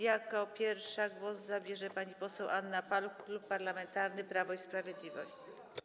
Jako pierwsza głos zabierze pani poseł Anna Paluch, Klub Parlamentarny Prawo i Sprawiedliwość.